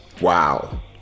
wow